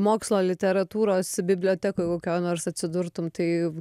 mokslo literatūros bibliotekoj kokioj nors atsidurtum tai